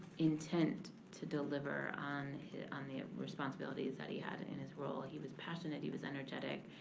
intent to deliver on on the responsibilities that he had in his role. he was passionate, he was energetic,